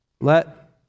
let